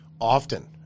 Often